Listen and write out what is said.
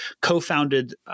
co-founded –